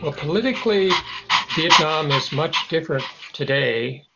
ah politically vietnam is much different today